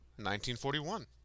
1941